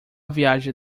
viaja